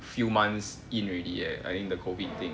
few months in already eh the COVID thing